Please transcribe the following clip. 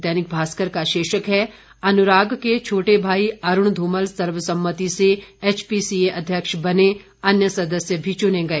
दैनिक भास्कर का शीर्षक है अनुराग के छोटे भाई अरूण ध्रमल सर्वसम्मति से एचपीसीए अध्यक्ष बने अन्य सदस्य भी चुने गए